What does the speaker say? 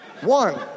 One